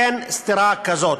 אין סתירה כזאת.